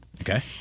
Okay